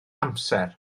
amser